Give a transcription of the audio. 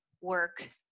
work